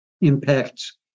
impacts